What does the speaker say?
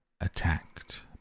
attacked